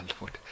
lord